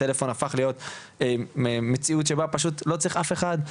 הטלפון הפך להיות מציאות שבה פשוט לא צריך אף אחד.